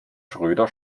schröder